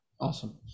Awesome